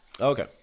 Okay